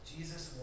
Jesus